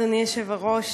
אדוני היושב-ראש,